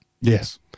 Yes